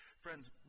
friends